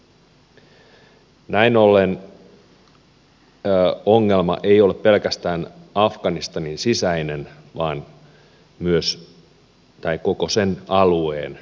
näin ollen ongelma ei ole pelkästään afganistanin sisäinen vaan koko sen alueen ongelma